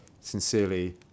Sincerely